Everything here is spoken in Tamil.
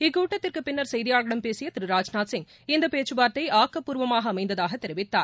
இக்கூட்டத்திற்குப் பின்னர் செய்தியாளர்களிடம் பேசிய திரு சராஜ்நாத்சிய் இந்த பேச்சுவார்தை ஆக்கப்பூர்வமாக அமைந்ததாக தெரிவித்தார்